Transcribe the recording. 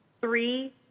three